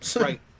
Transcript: right